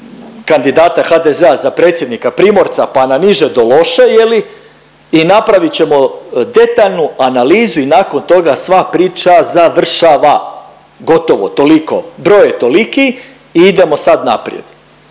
kandidata HDZ-a za predsjednika Primorca pa na niže do Loše i napravit ćemo detaljnu analizu i nakon toga sva priča završava, gotovo, toliko. Broj je toliki i idemo sad naprijed.